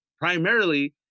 primarily